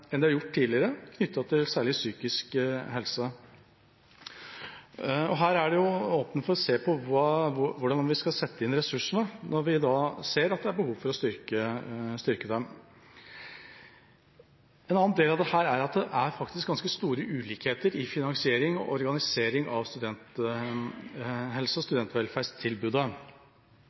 enn de har gjort tidligere når det gjelder særlig psykisk helse. Her er det åpent for å se på hvordan vi skal sette inn ressursene når vi ser at det er behov for å styrke dette feltet. En annen del av dette er at det er ganske store ulikheter i finansiering og organisering av studenthelse- og studentvelferdstilbudet.